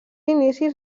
inicis